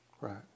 right